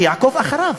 שיעקוב אחריו.